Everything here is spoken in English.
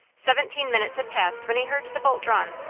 seventeen minutes had passed when he heard the bolt drawn.